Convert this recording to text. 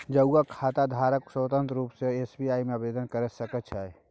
जौंआँ खाताधारक स्वतंत्र रुप सँ एस.बी.आइ मे आवेदन क सकै छै